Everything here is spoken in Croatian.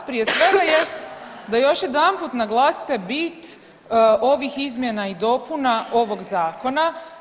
Prije svega jest da još jedanput naglasite bit ovih izmjena i dopuna ovog zakona.